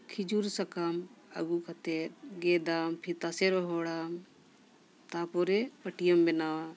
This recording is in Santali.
ᱠᱷᱤᱡᱩᱨ ᱥᱟᱠᱟᱢ ᱟᱹᱜᱩ ᱠᱟᱛᱮ ᱜᱮᱫᱟᱢ ᱯᱷᱤᱨ ᱛᱟᱥᱮ ᱨᱚᱦᱚᱲᱟᱢ ᱛᱟᱯᱚᱨᱮ ᱯᱟᱹᱴᱤᱭᱟᱹᱢ ᱵᱮᱱᱟᱣᱟ